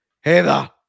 Heather